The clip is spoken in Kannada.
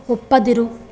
ಒಪ್ಪದಿರು